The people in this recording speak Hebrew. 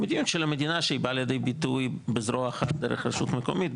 מדיניות של המדינה שבאה לידי ביטוי בזרוע אחת דרך רשות מקומית,